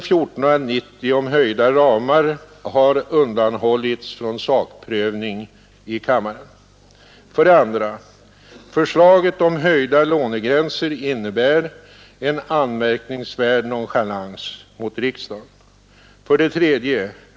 Förslaget om höjda lånegränser innebär en anmärkningsvärd nonchalans mot riksdagen. 3.